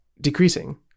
decreasing